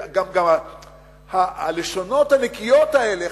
גם הלשונות הנקיות האלה,